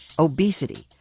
obesity,